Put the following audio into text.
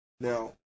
Now